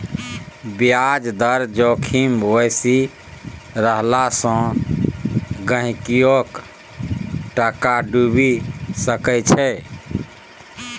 ब्याज दर जोखिम बेसी रहला सँ गहिंकीयोक टाका डुबि सकैत छै